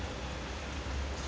slowly slowly ah